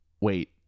wait